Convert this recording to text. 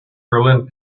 berlin